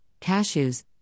cashews